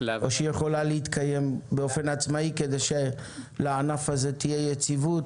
או שהיא יכולה להתקיים באופן עצמאי כדי שלענף הזה תהיה יציבות,